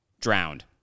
drowned